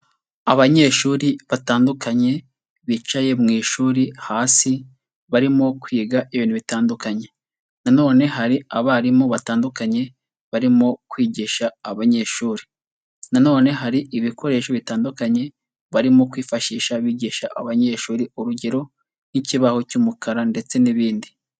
Abanyeshuri batandukanye bicaye mu ishuri hasi, barimo kwiga ibintu bitandukanye, na none hari abarimu batandukanye barimo kwigisha abanyeshuri, na none hari ibikoresho bitandukanye barimo kwifashisha bigisha abanyeshuri, urugero nk'ikibaho cy'umukara ndetse n'ibindi.